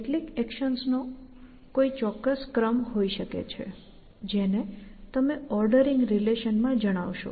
કેટલીક એક્શન્સ નો ચોક્કસ ક્રમ હોઈ શકે છે જેને તમે ઓર્ડરિંગ રિલેશન માં જણાવશો